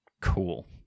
cool